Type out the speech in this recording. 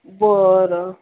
बरं